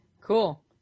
Cool